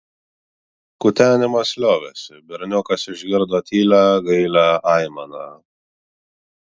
kutenimas liovėsi berniukas išgirdo tylią gailią aimaną